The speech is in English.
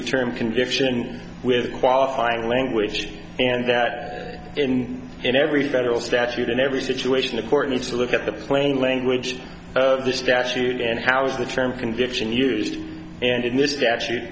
the term conviction with qualifying language and that in in every federal statute in every situation the court needs to look at the plain language of the statute and how is the term conviction used and in this